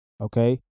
Okay